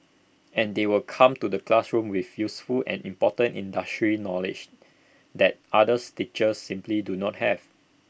and they will come to the classroom with useful and important industry knowledge that others teachers simply do not have